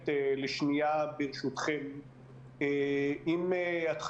ברשותכם, אני רוצה להציע גישה קצת אחרת.